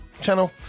channel